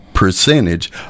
Percentage